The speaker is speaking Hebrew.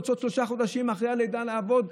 יוצאות שלושה חודשים אחרי הלידה לעבוד,